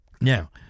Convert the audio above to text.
now